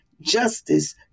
justice